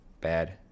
bad